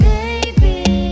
Baby